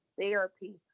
therapy